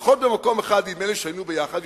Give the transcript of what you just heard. לפחות במקום אחד נדמה לי שהיינו ביחד,